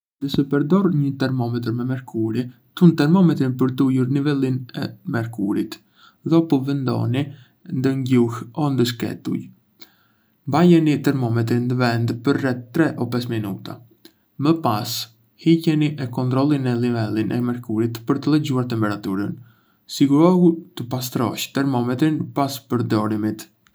Ndë se përdor një termometër me merkuri, tund termometrin për të ulur nivelin e mercurit, dhopu vendoni ndën gjuhë o ndë sqetull. Mbajeni termometrin ndë vend për rreth tre-pes minuta. Më pas, hiqeni e kontrolloni nivelin e mercurit për të lexuar temperaturën. Sigurohu që ta pastrosh termometrin pas përdorimit.